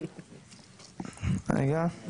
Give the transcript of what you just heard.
כן,